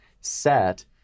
set